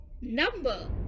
Number